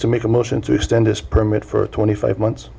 to make a motion to extend this permit for twenty five months